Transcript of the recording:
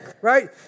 Right